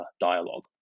Dialogue